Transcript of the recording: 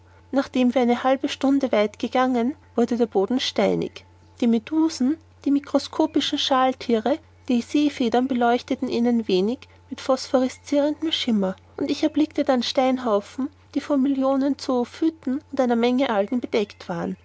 nachdem wir eine halbe stunde weit gegangen wurde der boden steinig die medusen die mikroskopischen schalthiere die seefedern beleuchteten ihn ein wenig mit phosphorescirendem schimmer ich er blickte dann steinhaufen die von millionen zoophyten und einer menge algen bedeckt waren